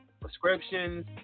prescriptions